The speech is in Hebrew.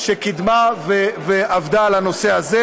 שקידמה ועבדה על הנושא הזה,